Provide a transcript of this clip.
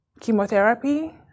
chemotherapy